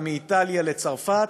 ומאיטליה לצרפת,